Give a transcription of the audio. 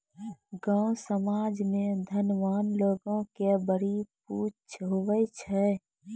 गाँव समाज मे धनवान लोग के बड़ी पुछ हुवै छै